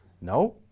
no